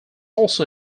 also